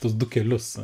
tuos du kelius